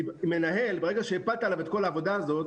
כי מנהל, ברגע שהפלת עליו את כל העבודה הזו,